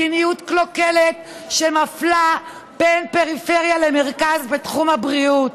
מדיניות קלוקלת שמפלה בין פריפריה למרכז בתחום הבריאות.